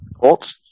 Colts